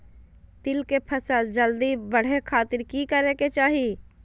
तिल के फसल जल्दी बड़े खातिर की करे के चाही?